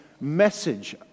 message